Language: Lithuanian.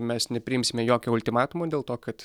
mes nepriimsime jokio ultimatumo dėl to kad